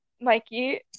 Mikey